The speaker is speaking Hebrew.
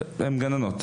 הן מטפלות.